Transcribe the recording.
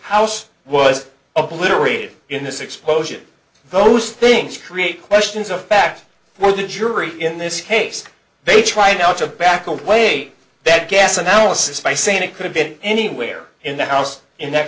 house was obliterated in this explosion those things create questions of fact for the jury in this case they tried out of back away that gas analysis by saying it could have been anywhere in the house in that